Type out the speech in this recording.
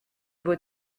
beau